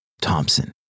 Thompson